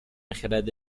خرد